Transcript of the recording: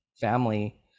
family